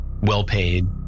well-paid